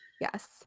Yes